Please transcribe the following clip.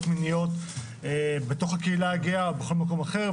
מיניות בתוך הקהילה הגאה או בכל מקום אחר,